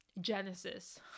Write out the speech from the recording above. genesis